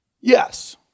Yes